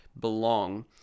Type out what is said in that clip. belong